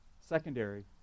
secondary